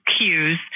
cues